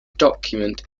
document